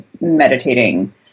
meditating